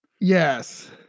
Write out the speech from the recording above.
Yes